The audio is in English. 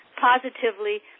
positively